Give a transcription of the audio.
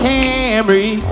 Camry